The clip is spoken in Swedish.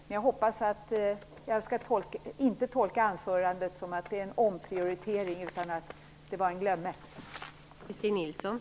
Men jag hoppas att svenska folket inte tolkar anförandet som att det är fråga om en omprioritering.